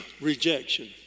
rejection